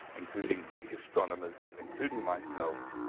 including greek astronomers and including myself,